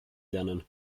lernen